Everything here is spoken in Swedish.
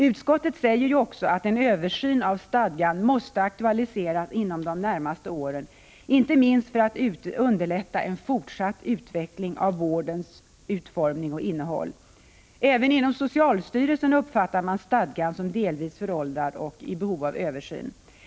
Utskottet säger ju också att en översyn av stadgan måste aktualiseras inom de närmaste åren, inte minst för att underlätta en fortsatt utveckling av vårdens utformning och innehåll. Även inom socialstyrelsen uppfattar man stadgan som delvis föråldrad och i behov av översyn.